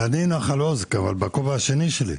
ואני בנחל עוז, אבל בכובע השני שלי.